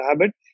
habit